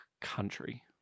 country